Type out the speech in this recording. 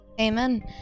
Amen